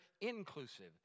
inclusive